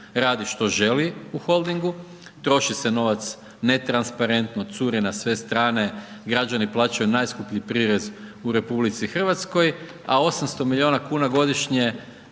radi šta želi u Holdingu, troši se novac netransparentno curi na sve strane, građani plaćaju najskuplji prirezi u RH, a 800 milijuna kn godišnje